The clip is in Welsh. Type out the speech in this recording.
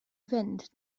fynd